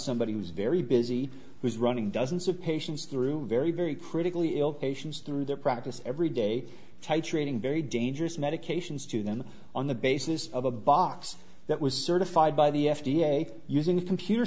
somebody who's very busy who's running dozens of patients through very very critically ill patients through their practice every day titrating very dangerous medications to then on the basis of a box that was certified by the f d a using a computer